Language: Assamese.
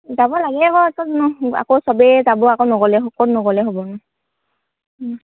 যাব লাগে আকৌ চবেই যাব আকৌ নগ'লে ক'ত নগ'লে হ'ব ন